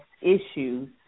issues